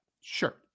Sure